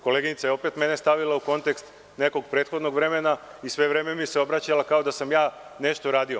Koleginica je opet mene stavila u kontekst nekog prethodnog vremena i sve vreme mi se obraćala kao da sam ja nešto uradio.